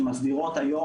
שמסדירות היום,